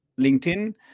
LinkedIn